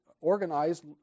organized